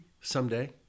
someday